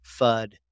FUD